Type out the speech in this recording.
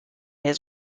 his